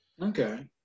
Okay